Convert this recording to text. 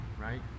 right